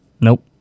Nope